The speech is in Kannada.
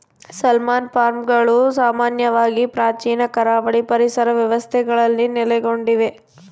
ಸಾಲ್ಮನ್ ಫಾರ್ಮ್ಗಳು ಸಾಮಾನ್ಯವಾಗಿ ಪ್ರಾಚೀನ ಕರಾವಳಿ ಪರಿಸರ ವ್ಯವಸ್ಥೆಗಳಲ್ಲಿ ನೆಲೆಗೊಂಡಿವೆ